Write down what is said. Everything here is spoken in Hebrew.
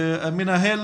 מנהל